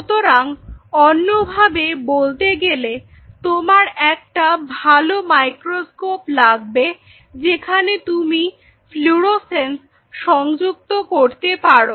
সুতরাং অন্যভাবে বলতে গেলে তোমার একটা ভালো মাইক্রোস্কোপ লাগবে যেখানে তুমি ফ্লুরোসেন্স সংযুক্ত করতে পারো